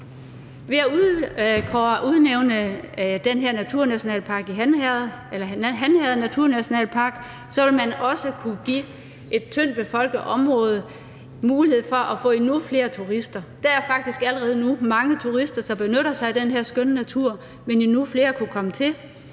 Ved at udnævne den her Han Herred naturnationalpark vil man også kunne give et tyndtbefolket område mulighed for at få endnu flere turister. Der er faktisk allerede nu mange turister, som benytter sig af den her skønne natur, men endnu flere vil kunne komme til.